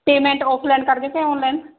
payment offline ਕਰਦੇ ਹੋ ਜਾਂ ਆਨਲਾਈਨ